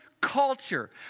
culture